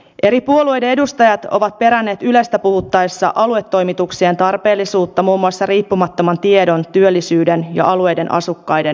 eri puolueiden edustajat ovat peränneet ylestä puhuttaessa aluetoimituksien tarpeellisuutta muun muassa riippumattoman tiedon työllisyyden ja alueiden asukkaiden näkökulmasta